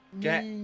Get